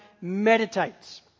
meditates